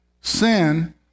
sin